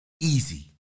Easy